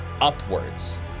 upwards